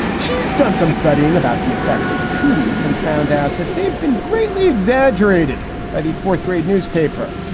she's done some studying about the effects of cooties and found out that they've been greatly exaggerated by the fourth grade newspaper.